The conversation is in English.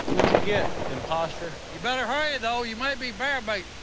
what you get, imposter! you better hurry though, you might be bear bait!